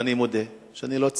ואני מודה שאני לא ציוני.